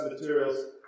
materials